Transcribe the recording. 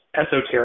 esoteric